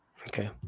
Okay